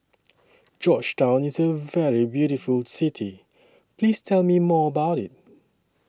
Georgetown IS A very beautiful City Please Tell Me More about IT